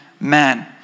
man